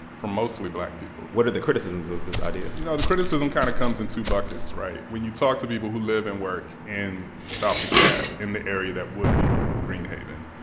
from mostly black people what are the criticisms of this idea? you know, the criticism kind of comes in two buckets, right? when you talk to people who live and work in south dekalb in the area that would be greenhaven,